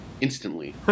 instantly